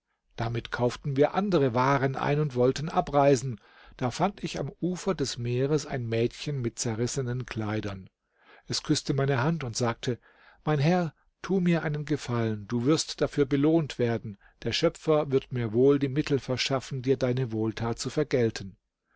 damit kauften wir andere waren ein und wollten abreisen da fand ich am ufer des meeres ein mädchen mit zerrissenen kleidern es küßte meine hand und sagte mein herr tu mir einen gefallen du wirst dafür belohnt werden der schöpfer wird mir wohl die mittel verschaffen dir deine wohltat zu vergelten